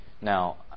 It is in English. Now